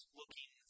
looking